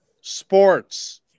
Sports